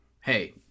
hey